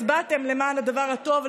הצבעתם למען הדבר הטוב,